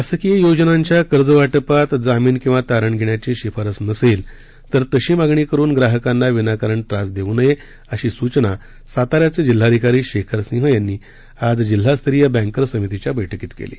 शासकीय योजनांच्या कर्ज वाटपात जामिन किंवा तारण घेण्याची शिफारस नसेल तर तशी मागणी करुन ग्राहकांना विनाकारण त्रास देवू नये अशी सूचना साताऱ्याचे जिल्हाधिकारी शेखर सिंह यांनी आज जिल्हास्तरीय बँकर्स समितीच्या बैठकीत केली